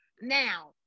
Now